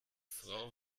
frau